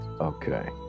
okay